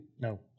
No